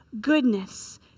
goodness